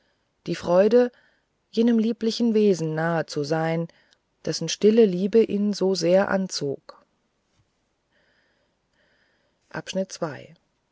die freude jenem lieblichen wesen nahe zu sein dessen stille liebe ihn so sehr anzog